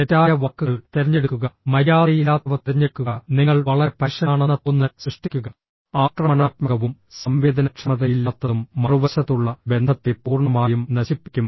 തെറ്റായ വാക്കുകൾ തിരഞ്ഞെടുക്കുക മര്യാദയില്ലാത്തവ തിരഞ്ഞെടുക്കുക നിങ്ങൾ വളരെ പരുഷനാണെന്ന തോന്നൽ സൃഷ്ടിക്കുക ആക്രമണാത്മകവും സംവേദനക്ഷമതയില്ലാത്തതും മറുവശത്തുള്ള ബന്ധത്തെ പൂർണ്ണമായും നശിപ്പിക്കും